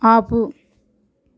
ఆపు